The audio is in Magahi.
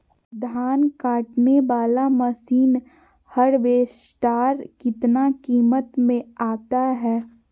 धान कटने बाला मसीन हार्बेस्टार कितना किमत में आता है?